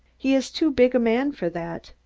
he is too big a man for that.